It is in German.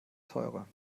teurer